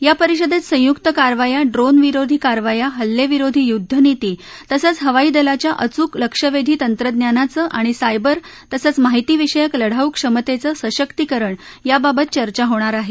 या परिषदेत संयुक्त कारवाया ड्रोनविरोधी कारवाया हल्लेविरोधी युद्धनीती तसंच हवाईदलाच्या अचूक लक्ष्यवेधी तंत्रज्ञानाचं आणि सायबर तसंच माहितीविषयक लढाऊ क्षमतेचं सशक्तीकरण याबाबत चर्चा होणार आहे